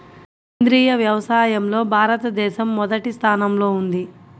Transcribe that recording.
సేంద్రీయ వ్యవసాయంలో భారతదేశం మొదటి స్థానంలో ఉంది